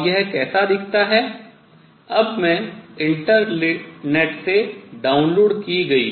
और यह कैसा दिखता है अब मैं इंटरनेट से डाउनलोड की गई